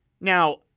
Now